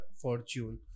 fortune